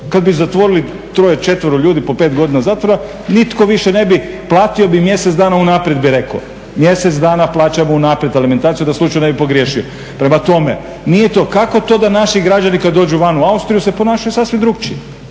Kada bi zatvorili troje, četvero ljudi po pet godina zakona nitko više ne bi, platio bi mjesec dana unaprijed bi rekao. Mjesec dana plaćao unaprijed alimentaciju da slučajno ne bi pogriješio. Prema tome, nije to, kako to da naši građani kada dođu van u Austriju se ponašaju sasvim drukčije?